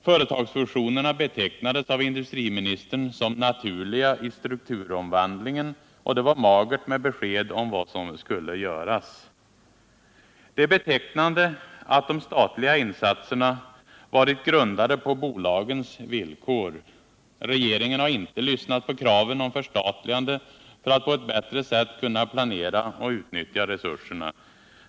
Företagsfusionerna betecknades av industriministern som naturliga i strukturomvandlingen, och det var magert med besked om vad som skulle göras. Det är betecknande att de statliga insatserna varit grundade på bolagens villkor. Regeringen har inte lyssnat på kraven om förstatligande för att på ett bättre sätt kunna planera och utnyttja resurserna.